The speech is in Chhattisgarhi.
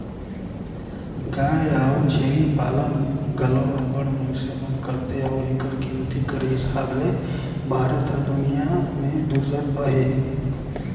गाय अउ छेरी पालन घलो अब्बड़ मइनसे मन करथे अउ एकर गिनती कर हिसाब ले भारत हर दुनियां में दूसर अहे